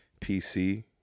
PC